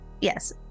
Yes